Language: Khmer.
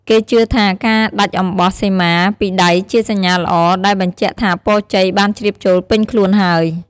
គេជឿថាការដាច់អំបោះសីមាពីដៃជាសញ្ញាល្អ ដែលបញ្ជាក់ថាពរជ័យបានជ្រាបចូលពេញខ្លួនហើយ។